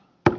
tätä